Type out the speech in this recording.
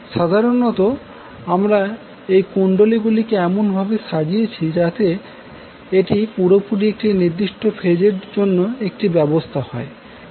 সাধারনত আমরা এই কুণ্ডলী গুলিকে এমনভাবে সাজিয়েছি যাতে এটি পুরোপুরি একটি নির্দিষ্ট ফেজের জন্য একটি ব্যবস্থা হয়